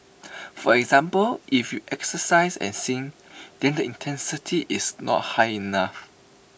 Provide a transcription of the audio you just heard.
for example if you exercise and sing then the intensity is not high enough